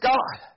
God